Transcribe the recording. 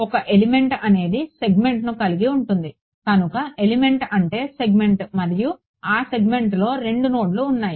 ఒక ఎలిమెంట్ అనేది సెగ్మెంట్ను కలిగి ఉంటుంది కనుక ఎలిమెంట్ అంటే సెగ్మెంట్ మరియు ఈ సెగ్మెంట్లో 2 నోడ్లు ఉన్నాయి